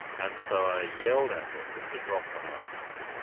and so i yelled at her to drop the knife,